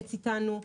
להתייעץ אתנו.